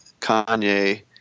Kanye